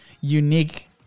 unique